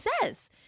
says